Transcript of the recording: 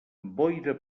boira